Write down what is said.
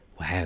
wow